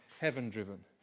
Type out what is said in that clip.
heaven-driven